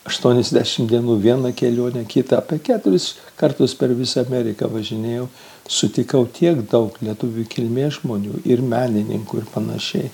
aštuoniasdešimt dienų viena kelionė kita apie keturis kartus per visą ameriką važinėjau sutikau tiek daug lietuvių kilmės žmonių ir menininkų ir panašiai